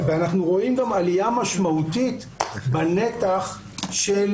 אנחנו רואים גם עלייה משמעותית בנתח של